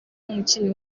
umukinnyi